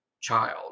child